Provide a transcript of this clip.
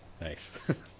Nice